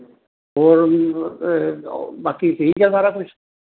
ਹੋਰ ਬਾਕੀ ਠੀਕ ਹੈ ਸਾਰਾ ਕੁਝ